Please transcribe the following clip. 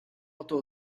about